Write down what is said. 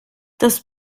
das